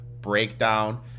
breakdown